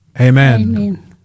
Amen